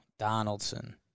Donaldson